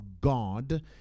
God